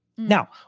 Now